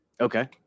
Okay